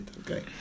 okay